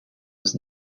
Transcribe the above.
was